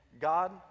God